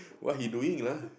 what he doing lah